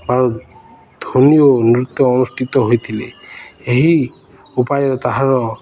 ଧ୍ୱନି ଓ ନୃତ୍ୟ ଅନୁଷ୍ଠିତ ହୋଇଥିଲେ ଏହି ଉପାୟରେ ତାହାର